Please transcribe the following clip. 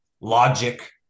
logic